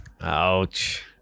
Ouch